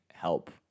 help